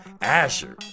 Asher